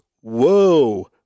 whoa